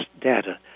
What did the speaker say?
data